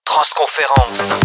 Transconférence